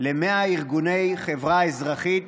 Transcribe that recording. ב-100 ארגוני חברה אזרחית